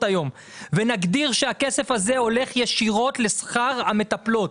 היום ונגדיר שהכסף הזה הולך ישירות לשכר המטפלות,